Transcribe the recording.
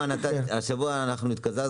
שבשבוע שעבר